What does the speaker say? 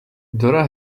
dora